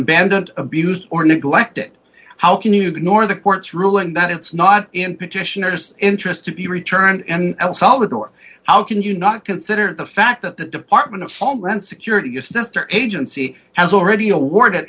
better don't abuse or neglect it how can you ignore the court's ruling that it's not in petitioners interest to be returned and el salvador how can you not consider the fact that the department of homeland security your sister agency has already award